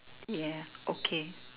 ya okay